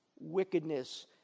wickedness